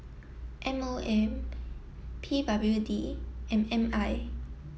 M O M P W D and M I